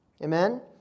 Amen